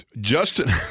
Justin